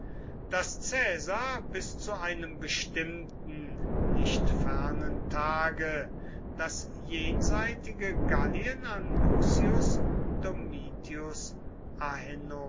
daß caesar bis zu einem bestimmten nicht fernen tage das jenseitige gallien an lucius domitius